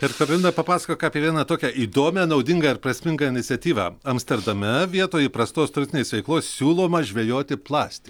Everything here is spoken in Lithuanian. ir karolina papasakok apie vieną tokią įdomią naudingą ir prasmingą iniciatyvą amsterdame vietoj įprastos turistinės veiklos siūloma žvejoti plastiką